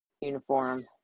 uniform